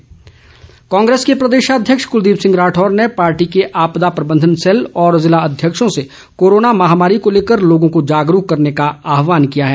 कुलदीप राठौर कांग्रेस के प्रदेशाध्यक्ष कुलदीप सिंह राठौर ने पार्टी के आपदा प्रबंधन सेल और जिला अध्यक्षों से कोरोना महामारी को लेकर लोगों को जागरूक करने का आहवान किया है